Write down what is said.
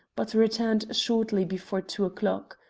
but returned shortly before two o'clock.